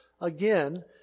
again